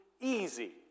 easy